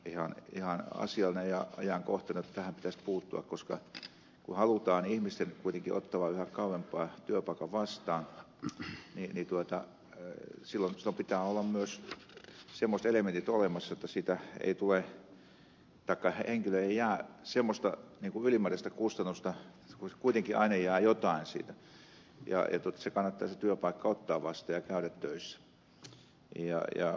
hemmilän aloite on siinä mielessä ihan asiallinen ja ajankohtainen että tähän pitäisi puuttua koska kun halutaan ihmisten kuitenkin ottavan yhä kauempaa työpaikan vastaan niin silloin pitää olla myös semmoiset elementit olemassa että henkilölle ei jää semmoista ylimääräistä kustannusta kun kuitenkin aina jää jotain siinä ja että se kannattaa se työpaikka ottaa vastaan ja käydä töissä